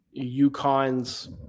UConn's